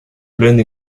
pleine